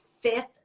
fifth